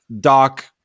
doc